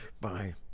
Bye